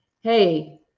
hey